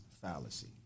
fallacy